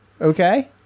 Okay